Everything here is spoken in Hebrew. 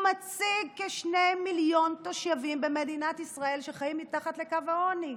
כשני מיליון תושבים במדינת ישראל שחיים מתחת לקו העוני.